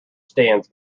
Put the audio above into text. stands